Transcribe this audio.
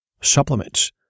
supplements